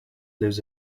lives